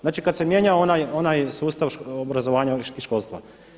Znači, kad se mijenjao onaj sustav obrazovanja školstva.